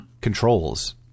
controls